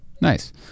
Nice